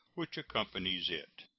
which accompanies it.